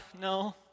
no